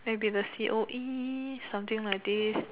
maybe the C_O_E something like this